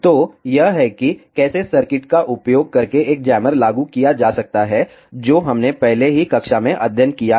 तो यह है कि कैसे सर्किट का उपयोग करके एक जैमर लागू किया जा सकता है जो हमने पहले ही कक्षा में अध्ययन किया है